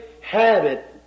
habit